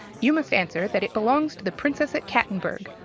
you must answer that it belongs to the princess at cattenburg,